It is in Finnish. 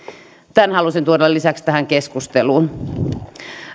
tämän halusin tuoda lisäksi tähän keskusteluun